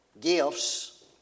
gifts